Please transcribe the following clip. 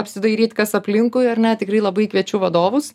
apsidairyt kas aplinkui ar ne tikrai labai kviečiu vadovus